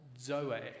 zoe